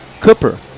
Cooper